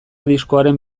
diskoaren